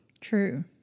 True